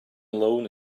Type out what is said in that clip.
alone